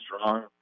strong